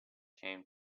came